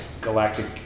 galactic